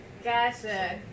gotcha